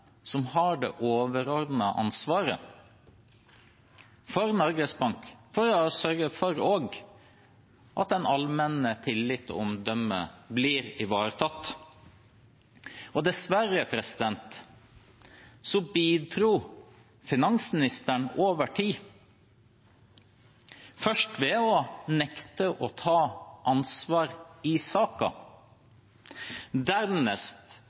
som har det overordnete ansvaret for Norges Bank og for å sørge for at den allmenne tilliten og omdømmet blir ivaretatt. Dessverre bidro ikke finansministeren til det over tid, først ved å nekte å ta ansvar i saken, dernest